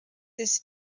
this